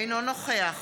אינו נוכח